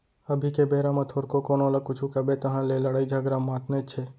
अभी के बेरा म थोरको कोनो ल कुछु कबे तहाँ ले लड़ई झगरा मातनेच हे